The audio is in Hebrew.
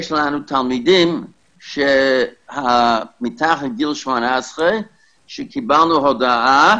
יש לנו תלמידים מתחת לגיל 18 שקיבלנו הודעה